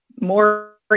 more